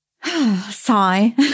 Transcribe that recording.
sigh